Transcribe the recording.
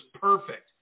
perfect